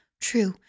true